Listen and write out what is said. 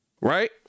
right